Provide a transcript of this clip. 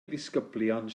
ddisgyblion